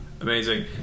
Amazing